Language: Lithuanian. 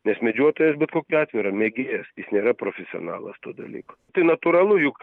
nes medžiotojas bet kokiu atveju yra mėgėjas jis nėra profesionalas to dalyko tai natūralu juk